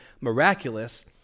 miraculous